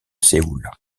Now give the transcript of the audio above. séoul